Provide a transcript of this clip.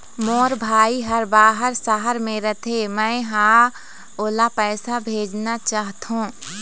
मोर भाई हर बाहर शहर में रथे, मै ह ओला पैसा भेजना चाहथों